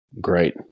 Great